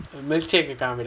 milkshake தாங்கடா:thaangadaa